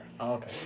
okay